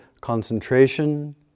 concentration